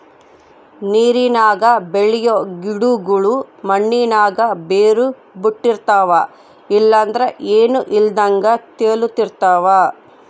ನೀರಿನಾಗ ಬೆಳಿಯೋ ಗಿಡುಗುಳು ಮಣ್ಣಿನಾಗ ಬೇರು ಬುಟ್ಟಿರ್ತವ ಇಲ್ಲಂದ್ರ ಏನೂ ಇಲ್ದಂಗ ತೇಲುತಿರ್ತವ